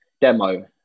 demo